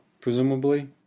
presumably